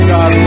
God